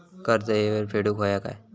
कर्ज येळेवर फेडूक होया काय?